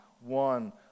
one